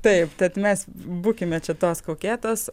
taip tad mes būkime čia tos kaukėtos